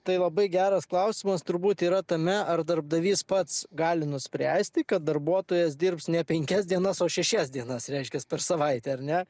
tai labai geras klausimas turbūt yra tame ar darbdavys pats gali nuspręsti kad darbuotojas dirbs ne penkias dienas o šešias dienas reiškias per savaitę ar ne